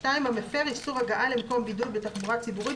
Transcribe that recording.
"(2)מפר איסור הגעה למקום בידוד בתחבורה ציבורית,